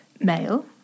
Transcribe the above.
male